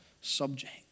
subject